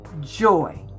joy